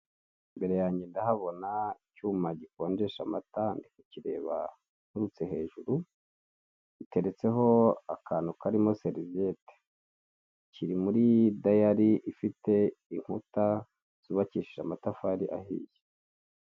Imbere yanjye ndahabona icyuma gikonjesha amata ndikukireba nturutse hejuru, giteretseho akantu karimo seriviyete, kiri muri dayari ifite inkuta zubakishije amatafari ahiye.